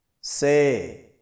say